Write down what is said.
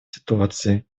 ситуацией